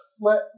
Let